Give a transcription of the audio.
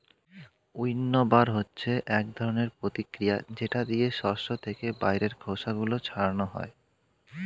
উইন্নবার হচ্ছে এক ধরনের প্রতিক্রিয়া যেটা দিয়ে শস্য থেকে বাইরের খোসা গুলো ছাড়ানো হয়